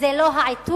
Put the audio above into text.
זה לא העיתוי?